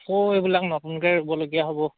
আকৌ এইবিলাক নতুনকৈ ৰুৱ লগীয়া হ'ব